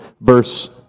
verse